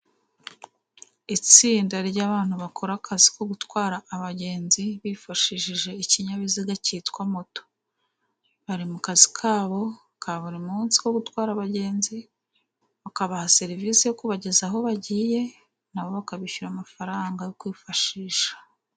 Itsinda ry'abantu bakora akazi ko gutwara abagenzi bifashishije ikinyabiziga cyitwa moto, bari mu kazi kabo ka buri munsi ko gutwara abagenzi, ukabaha serivisi yo kubageza aho bagiye, nabo bakabishyura amafaranga yo kwifashisha.